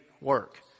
work